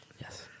Yes